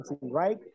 right